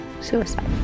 suicide